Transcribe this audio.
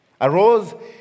arose